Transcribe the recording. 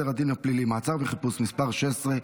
הדין הפלילי (מעצר וחיפוש) (מס' 16),